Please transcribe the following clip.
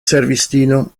servistino